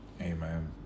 Amen